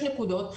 6 נקודות,